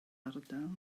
ardal